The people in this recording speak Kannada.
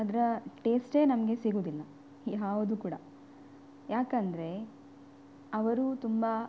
ಅದರ ಟೇಸ್ಟೇ ನಮಗೆ ಸಿಗುವುದಿಲ್ಲ ಯಾವುದು ಕೂಡ ಯಾಕೆಂದರೆ ಅವರು ತುಂಬ